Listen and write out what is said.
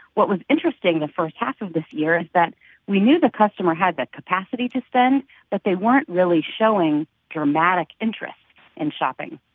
what was interesting the first half of this year is that we knew the customer had the capacity to spend but they weren't really showing dramatic interest in shopping.